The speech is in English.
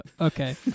Okay